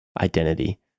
identity